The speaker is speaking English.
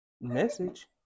Message